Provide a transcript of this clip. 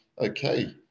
okay